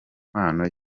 mpano